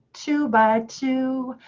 two by two,